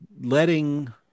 letting